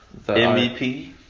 MVP